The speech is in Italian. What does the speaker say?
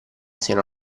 siano